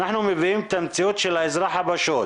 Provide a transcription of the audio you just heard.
אנחנו מביאים את המציאות של האזרח הפשוט,